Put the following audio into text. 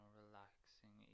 relaxing